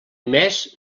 més